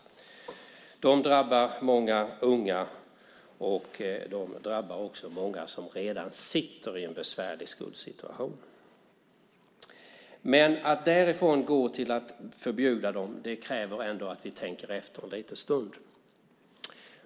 Lånen drabbar många unga, och de drabbar också många som redan befinner sig i en besvärlig skuldsituation. Men att gå därifrån till att förbjuda dem kräver att vi tänker efter en liten stund.